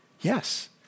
Yes